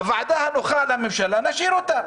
הוועדה הנוחה לממשלה, נשאיר אותה.